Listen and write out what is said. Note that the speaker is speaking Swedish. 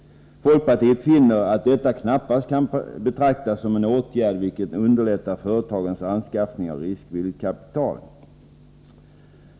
Folkpartiet finner att detta knappast är en åtgärd som underlättar företagens anskaffning av riskvilligt kapital.